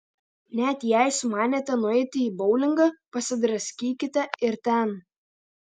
net jei sumanėte nueiti į boulingą pasidraskykite ir ten